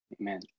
Amen